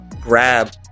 grab